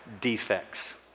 defects